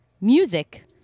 music